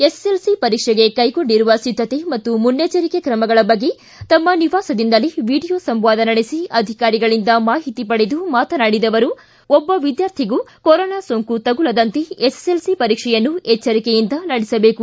SSLC ಪರೀಕ್ಷೆಗೆ ಕೈಗೊಂಡಿರುವ ಸಿದ್ದತೆ ಮತ್ತು ಮುನ್ನೆಚ್ಚರಿಕೆ ಕ್ರಮಗಳ ಬಗ್ಗೆ ತಮ್ಮ ನಿವಾಸದಿಂದಲೇ ವಿಡಿಯೋ ಸಂವಾದ ನಡೆಸಿ ಅಧಿಕಾರಿಗಳಿಂದ ಮಾಹಿತಿ ಪಡೆದು ಮಾತನಾಡಿದ ಅವರು ಒಬ್ಬ ವಿದ್ಯಾರ್ಥಿಗೂ ಕೊರೋನಾ ಸೋಂಕು ತಗುಲದಂತೆ ಎಸ್ಎಲ್ಸಿ ಪರೀಕ್ಷೆಯನ್ನು ಎಚ್ದರಿಕೆಯಿಂದ ನಡೆಸಬೇಕು